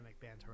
banter